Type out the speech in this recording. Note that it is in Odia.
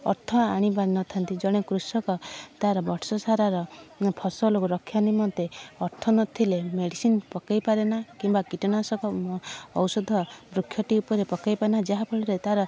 ଅର୍ଥ ଆଣିପାରିନଥାନ୍ତି ଜଣେ କୃଷକ ତାର ବର୍ଷ ସାରାର ଫସଲକୁ ରକ୍ଷା ନିମନ୍ତେ ଅର୍ଥ ନଥିଲେ ମେଡ଼ିସିନ୍ ପକାଇ ପାରେନା କିମ୍ବା କୀଟନାଶକ ଓାୖଷଧ ବୃକ୍ଷଟି ଉପରେ ପକାଇ ପାରେନା ଯାହା ଫଳରେ ତାର